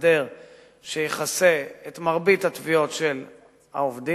הסדר שיכסה את מרבית התביעות של העובדים.